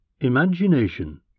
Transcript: Imagination